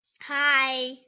Hi